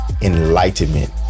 enlightenment